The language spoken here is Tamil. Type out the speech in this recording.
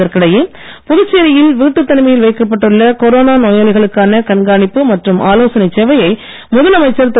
இதற்கிடையே புதுச்சேரியில் வீட்டுத் தனிமையில் வைக்கப்பட்டுள்ள கொரோனா நோயாளிகளுக்கான கண்காணிப்பு மற்றும் ஆலோசனை சேவையை முதலமைச்சர் திரு